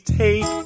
take